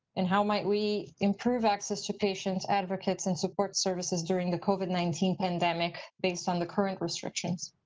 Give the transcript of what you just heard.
and how might we improve access to patients advocates and support services during the covid nineteen pandemic based on the current restrictions?